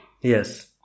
Yes